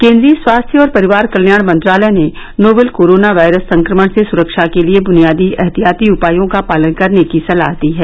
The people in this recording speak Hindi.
केन्द्रीय स्वास्थ्य और परिवार कल्याण मंत्रालय ने नोवल कोरोना वायरस संक्रमण से सुरक्षा के लिए बुनियादी एहतियाती उपायों का पालन करने की सलाह दी है